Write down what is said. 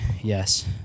yes